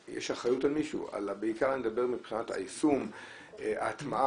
אני בעיקר מדבר מבחינת היישום וההטמעה,